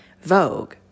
Vogue